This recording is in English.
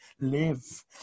live